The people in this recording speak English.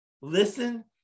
Listen